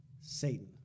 Satan